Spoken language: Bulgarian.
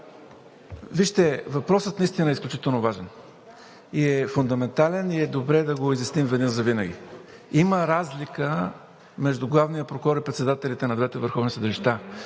Вижте, въпросът наистина е изключително важен, фундаментален и е добре да го изясним веднъж завинаги. Има разлика между главния прокурор и председателите на двете върховни съдилища.